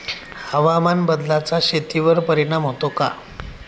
हवामान बदलाचा शेतीवर परिणाम होतो का?